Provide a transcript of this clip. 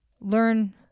learn